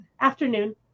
Afternoon